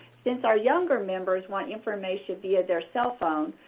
since our younger members want information via their cell phone,